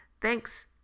Thanks